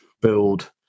build